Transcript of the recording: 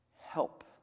help